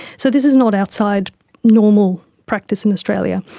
so this is not outside normal practice in australia.